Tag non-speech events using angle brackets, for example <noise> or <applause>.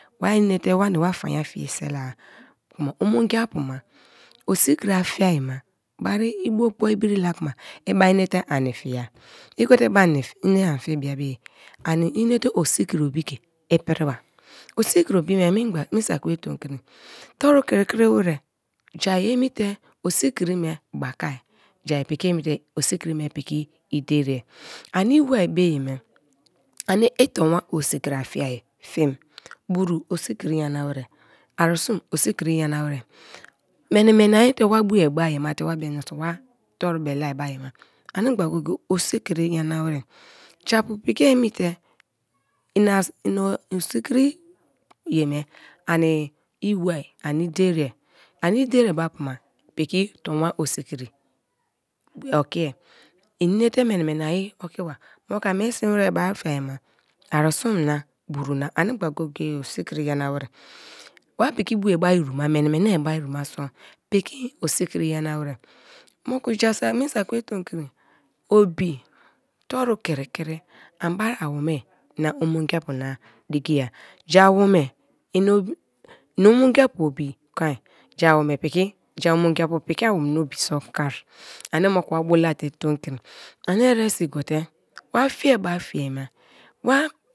Wainte, wani wa faan fie sele-a kuma omogia pu ma osikri afiai ma, bari ibo gboi biri la kuma i ba nete an fia igote ma inte a fie bia beye. ani inete osikri obi ke i pri ba, osikri obi ne mingba me saki be tomkri torukri kriweri ja emite osikri me bakar, ja piki emite osikri ne piki iderie, ani iwu be ye mw <hesitation> anii tonwa osikri a fiai fiem, buru osikri nyana wer, arisun osikri nyana wer meni meni aite wa bue ma ai mate wa bem wa toru bele a be ai anigba go-go-e osikri nyana wer, japu piki emite <hesitation> ina osikri yeme iwa ani iderie, ani iderie baapu ma piki tonwa osikri okia ininete meni meni ai oki ba moku i mie si wer be a fiama arisun na buro na ani go-go-e osikri nyana wer wa piki bue ba iru ma meni me ni ba iru ma so piki osi kri nyana wer moku ja saki me saki be tomkri obi toru kiri kiri an ma awome ina obi ini omogi apu obi kon, ja awome piki, ja omogi apu piki awome na obi so kon ani mokie wa bola te tomkri ani eresi gote wa fiai ba fiai ma, wi.